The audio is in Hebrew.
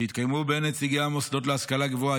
שהתקיימו בין נציגי המוסדות להשכלה גבוהה,